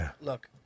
look